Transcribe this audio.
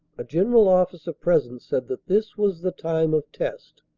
a general officer present said that this was the time of test,